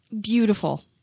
beautiful